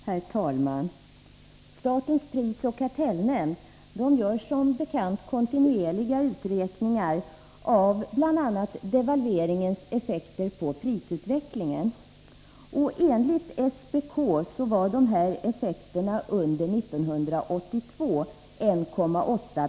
Herr talman! Statens prisoch kartellnämnd gör som bekant kontinuerliga uträkningar av bl.a. devalveringens effekter på prisutvecklingen. Enligt SPK var dessa effekter 1,8 70 under år 1982.